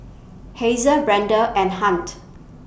Hazel Brenda and Hunt